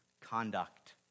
conduct